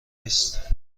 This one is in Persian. نیست